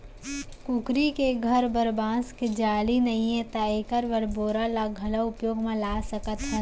कुकरी के घर बर बांस के जाली नइये त एकर बर बोरा ल घलौ उपयोग म ला सकत हस